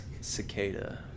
Cicada